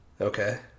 Okay